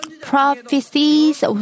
prophecies